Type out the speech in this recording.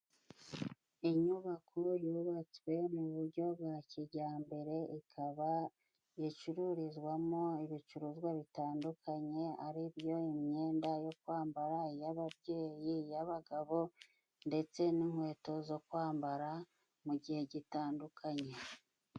Inyubako yubatswe mu bujyo bwa kijyambere ikaba icururizwamo ibicuruzwa bitandukanye ari byo imyenda yo kwambara, iy'ababyeyi ,iy'abagabo ndetse n'inkweto zo kwambara mu gihe gitandukanye.